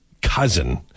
cousin